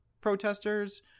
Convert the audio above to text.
protesters